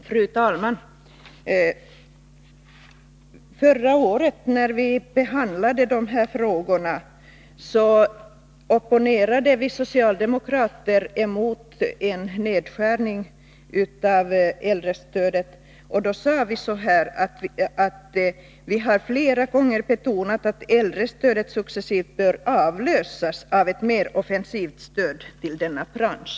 Fru talman! Förra året, när de här frågorna behandlades, opponerade vi socialdemokrater mot en nedskärning av äldrestödet. Vi framhöll att vi flera gånger betonat att äldrestödet successivt bör avlösas av ett mer offensivt stöd till denna bransch.